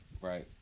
Right